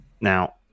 Now